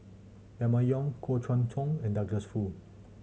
Emma Yong Koh Guan Song and Douglas Foo